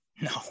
No